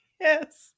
Yes